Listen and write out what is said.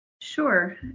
Sure